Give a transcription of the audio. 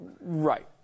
Right